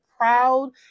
proud